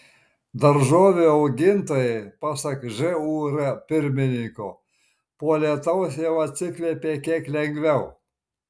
daržovių augintojai pasak žūr pirmininko po lietaus jau atsikvėpė kiek lengviau